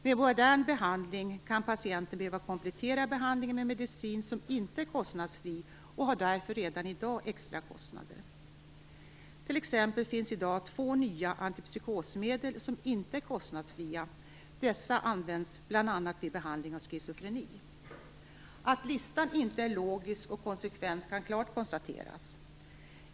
Vid modern behandling kan patienten behöva komplettera behandlingen med medicin som inte är kostnadsfri och har därför redan i dag extra kostnader. T.ex. finns det i dag två nya antipsykosmedel som inte är kostnadsfria. Dessa används bl.a. vid behandling av schizofreni. Att listan inte är logisk och konsekvent kan klart konstateras.